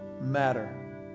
matter